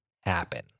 happen